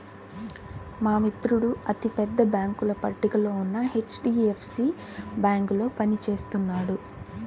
మా మిత్రుడు అతి పెద్ద బ్యేంకుల పట్టికలో ఉన్న హెచ్.డీ.ఎఫ్.సీ బ్యేంకులో పని చేస్తున్నాడు